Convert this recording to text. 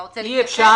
אתה רוצה להתייחס?